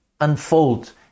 unfold